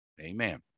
Amen